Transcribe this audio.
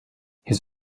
his